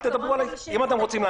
גבי, אתה אמרת אם יש הצדקה או לא.